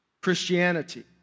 Christianity